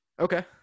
Okay